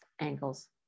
angles